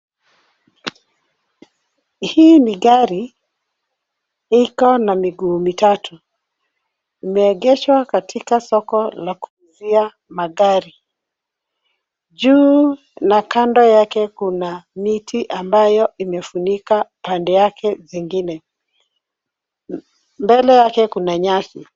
Hii ni gari iko na miguu mitatu. Imeegeshwa katika soko la kuuzia magari. Juu na kando yake kuna miti ambayo imefunika pande yake zingine. Mbele yake kuna nyasi.